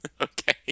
Okay